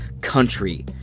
country